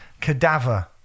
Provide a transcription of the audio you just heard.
Cadaver